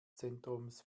zentrums